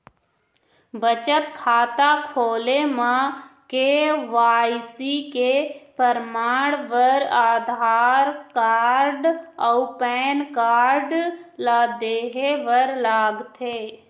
बचत खाता खोले म के.वाइ.सी के परमाण बर आधार कार्ड अउ पैन कार्ड ला देहे बर लागथे